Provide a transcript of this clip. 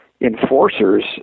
enforcers